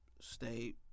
stay